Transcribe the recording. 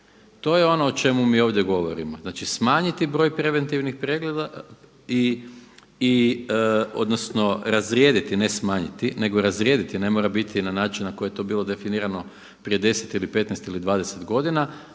To je ono o čemu mi ovdje govorimo. Znači smanjiti broj preventivnih prijedloga i odnosno razrijediti, ne smanjiti, nego razrijediti, ne mora biti na način na koji je to bilo definirano prije 10 ili 15 ili 20 godina,